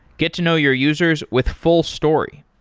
get to know your users with fullstory.